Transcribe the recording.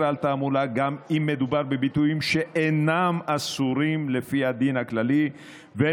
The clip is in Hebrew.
תעמולה גם אם מדובר בביטויים שאינם אסורים לפי הדין הכללי ולא